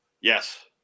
Yes